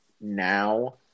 now